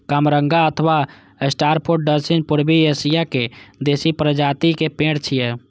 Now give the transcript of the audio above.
कामरंगा अथवा star fruit दक्षिण पूर्वी एशिया के देसी प्रजातिक पेड़ छियै